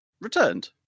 returned